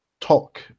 talk